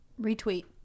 retweet